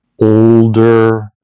older